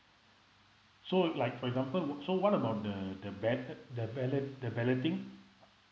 so like for example so what about the the the ballot the balloting